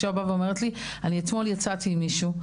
אישה באה ואומרת לי, אני אתמול יצאתי עם מישהו.